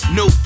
no